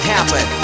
Happen